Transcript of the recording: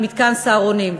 למתקן "סהרונים".